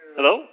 Hello